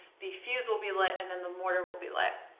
the fuse will be lit, and then the mortar will be lit.